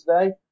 today